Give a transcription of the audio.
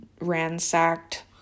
ransacked